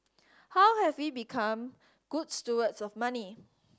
how have we become good stewards of money